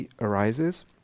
arises